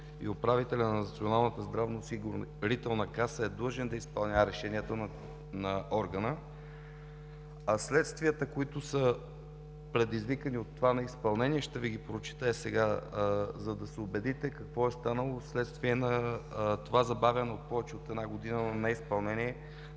и управителят на Националната здравноосигурителна каса е длъжен да изпълнява решението на органа. А следствията, които са предизвикани от това неизпълнение, ще Ви ги прочета сега, за да се убедите какво е станало, вследствие на това забавено повече от една година неизпълнение